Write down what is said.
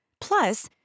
Plus